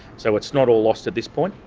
so it's not all lost at this point.